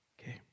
Okay